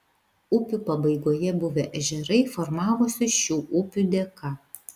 upių pabaigoje buvę ežerai formavosi šių upių dėka